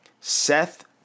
Seth